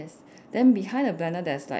then behind the blender there's like